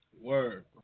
Word